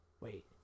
Wait